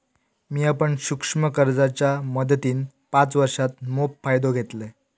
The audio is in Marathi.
मिया पण सूक्ष्म कर्जाच्या मदतीन पाच वर्षांत मोप फायदो घेतलंय